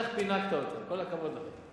איך פינקת אותה, כל הכבוד לך.